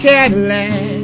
Cadillac